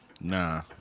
Nah